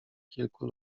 kilku